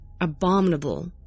abominable